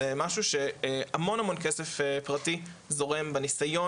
זה משהו שהמון המון כסף פרטי זורם בניסיון